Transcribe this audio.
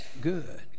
good